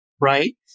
right